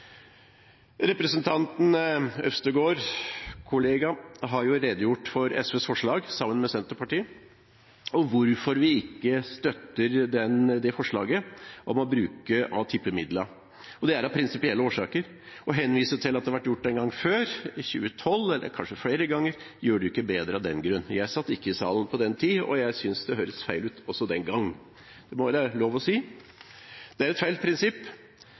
Representanten og kollega Øvstegård har redegjort for forslaget fra SV og Senterpartiet om hvorfor vi ikke støtter forslaget om å bruke av tippemidlene. Det er av prinsipielle årsaker. Å henvise til at det har vært gjort en gang før, i 2012 – eller kanskje flere ganger – gjør det ikke bedre. Jeg satt ikke i salen på den tid, og jeg synes det høres ut som om det var feil også den gang – det må det være lov å si. Det er et feil prinsipp.